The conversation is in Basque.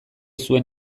zuen